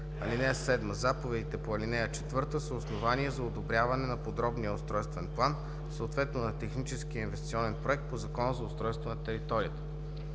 (7) Заповедите по ал. 4 са основание за одобряване на подробния устройствен план, съответно на техническия инвестиционен проект по Закона за устройство на територията.